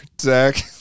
Zach